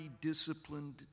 disciplined